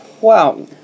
Wow